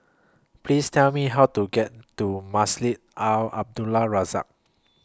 Please Tell Me How to get to Masjid Al Abdul Razak